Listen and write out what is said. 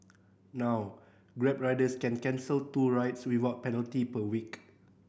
now Grab riders can cancel two rides without penalty per week